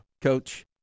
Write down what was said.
Coach